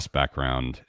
background